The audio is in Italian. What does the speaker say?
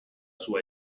sua